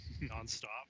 non-stop